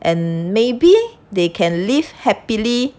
and maybe they can live happily